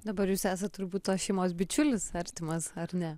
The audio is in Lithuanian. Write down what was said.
dabar jūs esat turbūt šeimos bičiulis artimas ar ne